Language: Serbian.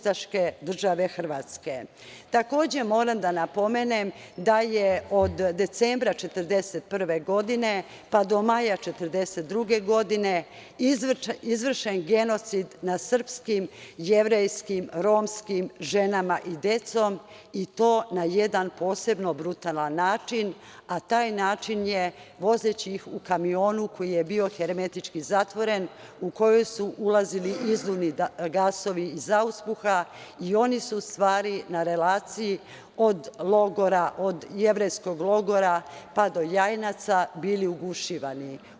Takođe moram da napomenem da je od decembra 1941. godine, pa do maja 1942. godine izvršen genocid nad srpskim, jevrejskim, romskim ženama i decom i to na jedan posebno brutalan način, a taj način je vozeći ih u kamionu koji je bio hermetički zatvoren u koji su ulazili izduvni gasovi iz auspuha i oni su u stvari na relaciji od jevrejskog logora, pa do Jajinaca bili ugušivani.